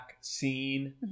scene